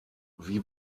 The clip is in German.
wie